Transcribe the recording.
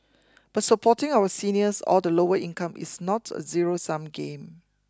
but supporting our seniors or the lower income is not a zero sum game